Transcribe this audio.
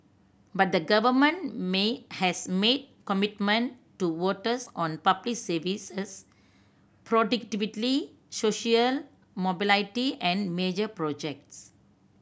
but the government made has made commitment to voters on public services productivity social mobility and major projects